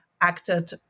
acted